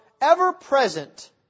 ever-present